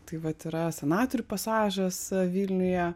tai vat yra senatorių pasažas vilniuje